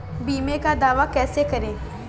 बीमे का दावा कैसे करें?